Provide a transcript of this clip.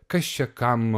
kas čia kam